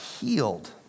healed